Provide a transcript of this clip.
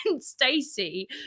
Stacy